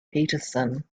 peterson